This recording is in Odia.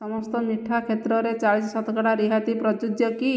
ସମସ୍ତ ମିଠା କ୍ଷେତ୍ରରେ ଚାଳିଶ ଶତକଡ଼ା ରିହାତି ପ୍ରଯୁଜ୍ୟ କି